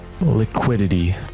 Liquidity